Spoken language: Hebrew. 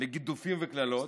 לגידופים וקללות,